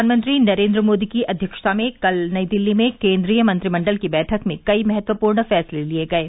प्रधानमंत्री नरेन्द्र मोदी की अध्यक्षता में कल नई दिल्ली में केन्द्रीय मंत्रिमण्डल की बैठक में कई महत्वपूर्ण फैसले किये गये